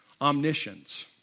omniscience